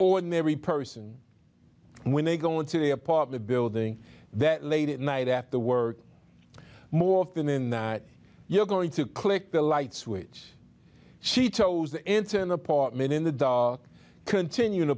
ordinary person when they go into the apartment building that late at night after work more often in you're going to click the light switch she chose to enter an apartment in the dark continue an a